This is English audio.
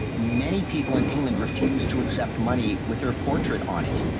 many people in england refuse to accept money with her portrait on it.